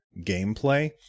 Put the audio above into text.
gameplay